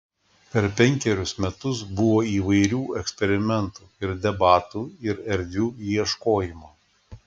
per penkerius metus buvo įvairių eksperimentų ir debatų ir erdvių ieškojimo